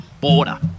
Border